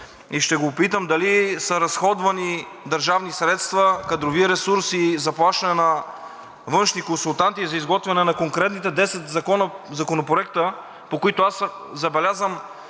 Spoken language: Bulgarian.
и ще го попитам дали са разходвани държавни средства, кадрови ресурси и заплащане на външни консултанти за изготвяне на конкретните 10 законопроекта, по които аз забелязвам